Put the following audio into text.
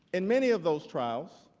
in many of those trials